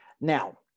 Now